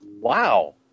Wow